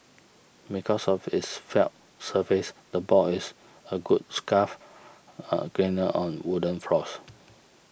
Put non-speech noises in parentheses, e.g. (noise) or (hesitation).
because of its felt surface the ball is a good scuff (hesitation) cleaner on wooden floors